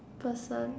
person